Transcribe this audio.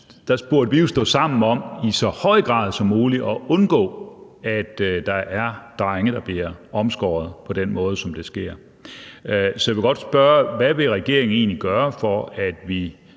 spørgsmålet – stå sammen om i så høj grad som muligt at undgå, at der er drenge, der bliver omskåret på den måde, som det sker. Så jeg vil godt spørge: Hvad vil regeringen egentlig gøre for, at vi